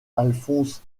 alphonse